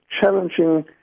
challenging